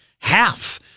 half